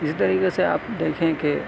اسی طریقے سے آپ دیکھیں کہ